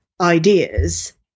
ideas